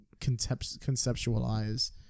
conceptualize